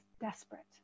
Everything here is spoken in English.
desperate